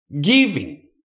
Giving